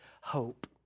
hope